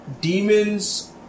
demons